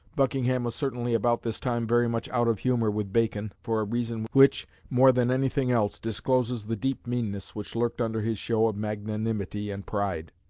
buckingham was certainly about this time very much out of humour with bacon, for a reason which, more than anything else, discloses the deep meanness which lurked under his show of magnanimity and pride.